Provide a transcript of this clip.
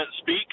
speak